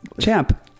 Champ